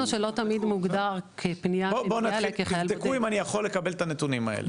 נתחיל, תבדקו אם אני יכול לקבל את הנתונים האלה.